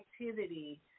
activity